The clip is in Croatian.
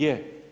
Je.